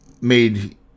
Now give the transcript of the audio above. made